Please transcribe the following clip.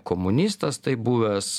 komunistas tai buvęs